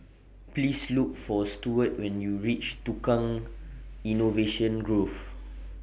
Please Look For Stuart when YOU REACH Tukang Innovation Grove